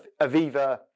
Aviva